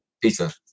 pizza